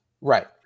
Right